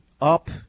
up